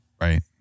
Right